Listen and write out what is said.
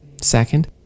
Second